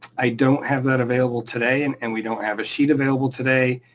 i don't have that available today, and and we don't have a sheet available today,